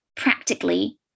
practically